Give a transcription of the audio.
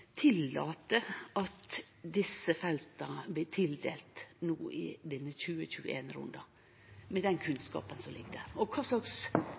tillate at desse felta blir tildelte no i denne 2021-runden, med den kunnskapen som ligg der? Kva slags